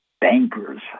bankers